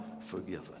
forgiven